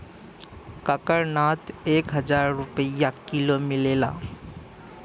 कड़कनाथ एक हजार रुपिया किलो मिलेला